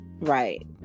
right